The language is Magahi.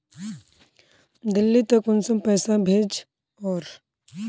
दिल्ली त कुंसम पैसा भेज ओवर?